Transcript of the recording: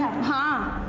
and